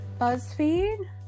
Buzzfeed